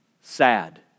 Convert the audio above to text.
sad